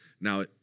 Now